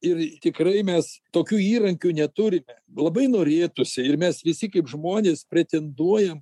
ir tikrai mes tokių įrankių neturime labai norėtųsi ir mes visi kaip žmonės pretenduojam